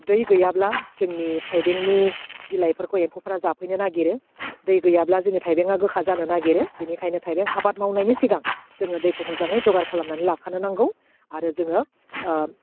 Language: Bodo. दै गैयाब्ला जोंनि थाइबेंनि बिलाइफोरखौ एम्फौफ्रा जाफैनो नागिरो दै गैयाब्ला जोंनि थाइबेंआ गोखा जानो नागिरो बिनिखायनो थाइबें आबाद मावनायनि सिगां जोङो दैखौ मोजाङै जगार खालामनानै लाखानो नांगौ आरो जोङो ओह